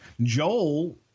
Joel